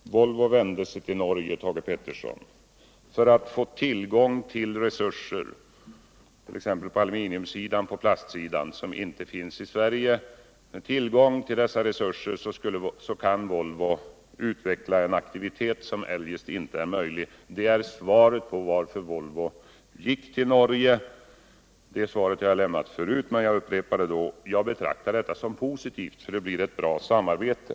Herr talman! Volvo vände sig till Norge, Thage Peterson, för att få tillgång till resurser, t.ex. på aluminiumsidan och plastsidan, som inte finns i Sverige. Med tillgång till dessa resurser kan Volvo utveckla en aktivitet som eljest inte är möjlig. Det är svaret på frågan varför Volvo gick till Norge - det svaret har jag lämnat förut, men jag upprepar det. Jag betraktar detta som positivt. Det blir ett bra samarbete.